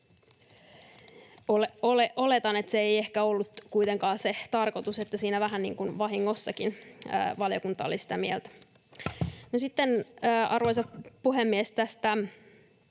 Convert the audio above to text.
Oletan, että se ei ehkä ollut kuitenkaan tarkoitus ja että siinä vähän vahingossakin valiokunta oli sitä mieltä. Sitten, arvoisa puhemies, tästä